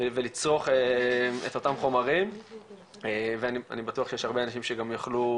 ולצרוך את אותם חומרים ואני בטוח שיש הרבה אנשים שגם יוכלו